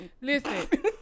Listen